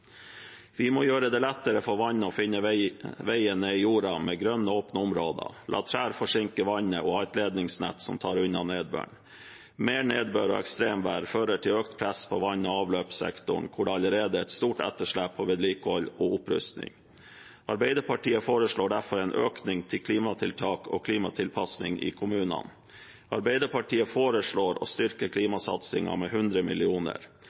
Vi må gjøre det lettere for vannet å finne veien ned i jorda med grønne, åpne områder, la trær forsinke vannet og ha et ledningsnett som tar unna nedbøren. Mer nedbør og ekstremvær fører til økt press på vann- og avløpssektoren, hvor det allerede er et stort etterslep på vedlikehold og opprustning. Arbeiderpartiet foreslår derfor en økning til klimatiltak og klimatilpasning i kommunene. Arbeiderpartiet foreslår å styrke klimasatsingen med 100